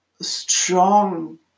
strong